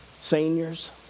Seniors